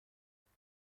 خوام